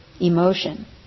emotion